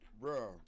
Bro